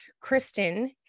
Kristen